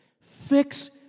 fix